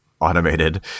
automated